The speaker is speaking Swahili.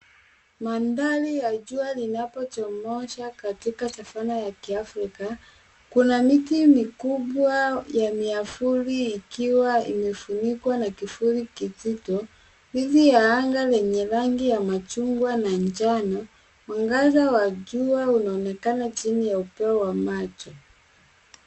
Mandhari ya jua linapochomoza katika savana ya kiafrika. Kuna miti mikubwa ya miavuli ikiwa imefunikwa na kivuli kizito dhidi ya anga lenye rangi ya machungwa na njano. Mwangaza wa jua unaonekana chini ya upeo wa macho.